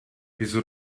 wieso